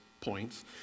points